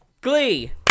Glee